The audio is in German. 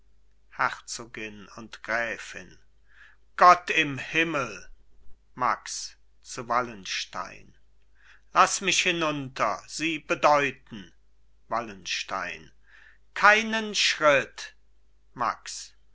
herzogin und gräfin gott im himmel max zu wallenstein laß mich hinunter sie bedeuten wallenstein keinen schritt max